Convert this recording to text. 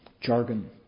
jargon